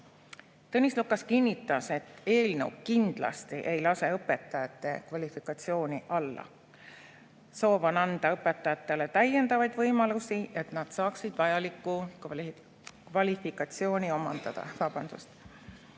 Tõnis Lukas kinnitas, et eelnõu kindlasti ei lase õpetajate kvalifikatsiooni alla. Soov on anda õpetajatele täiendavaid võimalusi, et nad saaksid vajaliku kvalifikatsiooni omandada.